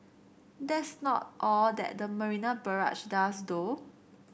that's not all that the Marina Barrage does though